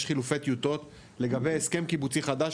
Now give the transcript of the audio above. חילופי טיוטות לגבי הסכם קיבוצי חדש,